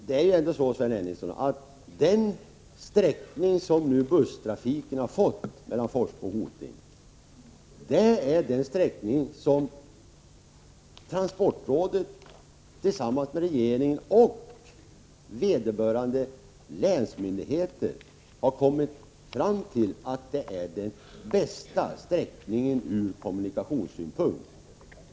Herr talman! Det är så, Sven Henricsson, att den sträckning som busslinjen mellan Forsmo och Hoting nu har fått är den sträckning som transportrådet tillsammans med regeringen och vederbörande länsmyndigheter har kommit fram till är den bästa ur kommunikationssynpunkt.